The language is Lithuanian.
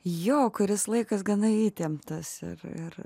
jau kuris laikas gana įtempta save ir